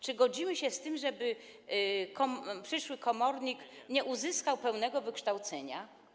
Czy godzimy się na to, żeby przyszły komornik nie uzyskał pełnego wykształcenia?